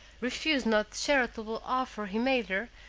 refused not the charitable offer he made her,